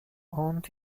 aunt